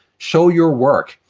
show your work.